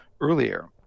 earlier